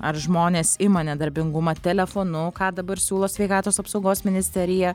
ar žmonės ima nedarbingumą telefonu ką dabar siūlo sveikatos apsaugos ministerija